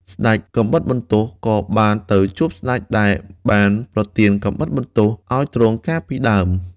ស្ដេចកាំបិតបន្ទោះក៏បានទៅជួបស្ដេចដែលបានប្រទានកាំបិតបន្ទោះឱ្យទ្រង់កាលពីដើម។